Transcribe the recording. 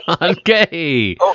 Okay